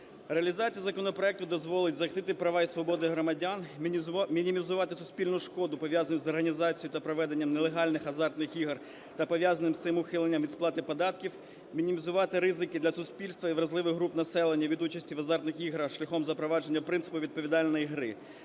Реалізація законопроекту дозволить захистити права і свободи громадян; мінімізувати суспільну шкоду, пов'язану з організацією та проведенням нелегальних азартних ігор та пов'язаним з цим ухиленням від сплати податків; мінімізувати ризики для суспільства і вразливих груп населення від участі в азартних іграх шляхом запровадження принципу відповідальної гри;